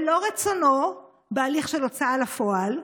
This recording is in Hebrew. בהליך של הוצאה לפועל.